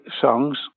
songs